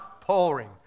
pouring